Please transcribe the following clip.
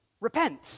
Repent